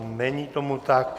Není tomu tak.